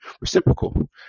reciprocal